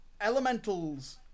Elementals